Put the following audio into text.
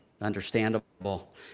understandable